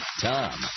Tom